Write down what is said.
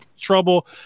trouble